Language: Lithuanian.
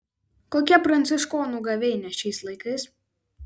kokia pranciškonų gavėnia šiais laikais